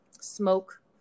smoke